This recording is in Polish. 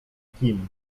kim